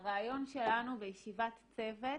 הרעיון שלנו בישיבת צוות